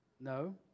No